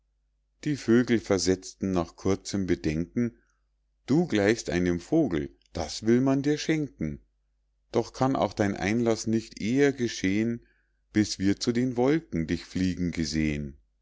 die vögel versetzten nach kurzem bedenken du gleichst einem vogel das will man dir schenken doch kann auch dein einlaß nicht eher geschehn bis wir zu den wolken dich fliegen gesehn